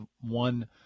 one